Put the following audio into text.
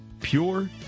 pure